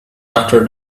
after